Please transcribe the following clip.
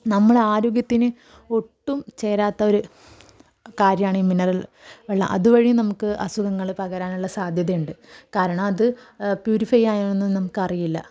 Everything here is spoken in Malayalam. നമ്മളുടെ ആരോഗ്യത്തിന് ഒട്ടും ചേരാത്തൊരു കാര്യമാണ് ഈ മിനറൽ വെള്ളം അത് വഴി നമുക്ക് അസുഖങ്ങൾ പകരാനുള്ള സാദ്ധ്യതയുണ്ട് കാരണം അത് പ്യൂരിഫൈ ആയൊ എന്ന് നമുക്കറിയില്ല